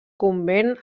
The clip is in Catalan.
convent